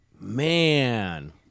Man